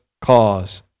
cause